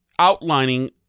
Outlining